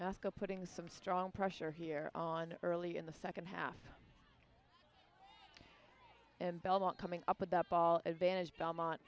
asco putting some strong pressure here on early in the second half and belmont coming up with that ball advantage belmont